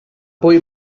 poi